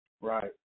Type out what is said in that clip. Right